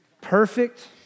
perfect